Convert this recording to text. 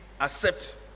accept